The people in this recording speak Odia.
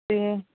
ସେ